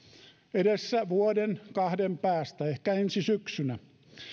edessä vuoden kahden päästä ehkä ensi syksynä